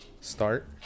start